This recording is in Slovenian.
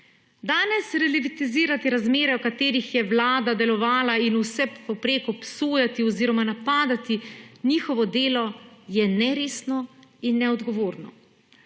Danes relativizirati razmere, v katerih je vlada delovala, in vse povprek obsojati oziroma napadati njihovo delo, je neresno in neodgovorno.